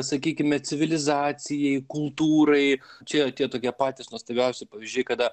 sakykime civilizacijai kultūrai čia jau tie tokie patys nuostabiausi pavyzdžiai kada